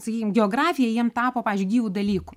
sakykim geografija jiem tapo pavyzdžiui gyvu dalyku